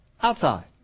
outside